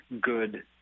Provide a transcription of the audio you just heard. good